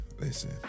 Listen